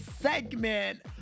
segment